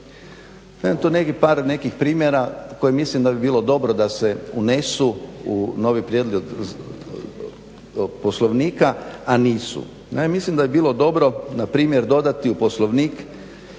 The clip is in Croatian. … par nekih primjera za koje mislim da bi bilo dobro da se unesu u novi prijedlog poslovnika, a nisu. Ja mislim da bi bilo dobro npr. dodati u poslovnik